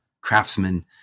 craftsmen